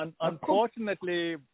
Unfortunately